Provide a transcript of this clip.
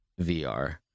vr